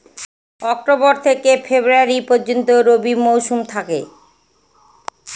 October থেকে February পর্যন্ত রবি মৌসুম থাকে